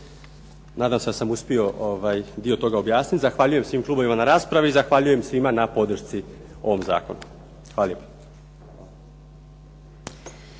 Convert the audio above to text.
nadam se da sam uspio dio toga objasniti. Zahvaljujem svim klubovima na raspravi, zahvaljujem svima na podršci ovom zakonu. Hvala